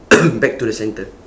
back to the centre